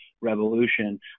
revolution